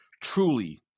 Truly